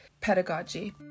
pedagogy